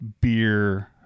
beer